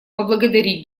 поблагодарить